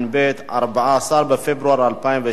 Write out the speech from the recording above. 14 בפברואר 2012,